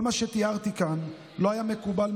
כל מה שתיארתי כאן לא היה מקובל,